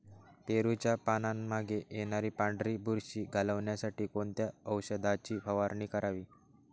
पेरूच्या पानांमागे येणारी पांढरी बुरशी घालवण्यासाठी कोणत्या औषधाची फवारणी करावी?